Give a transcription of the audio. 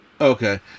Okay